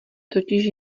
totiž